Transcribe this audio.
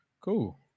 Cool